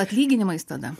atlyginimais tada